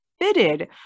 fitted